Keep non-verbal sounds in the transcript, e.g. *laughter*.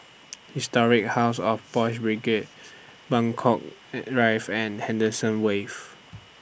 Historic House of Boys' Brigade Buangkok *hesitation* rife and Henderson Wave